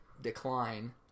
decline